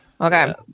Okay